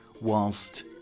whilst